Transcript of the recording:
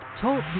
TALK